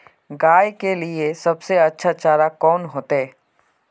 गाय के लिए सबसे अच्छा चारा कौन होते?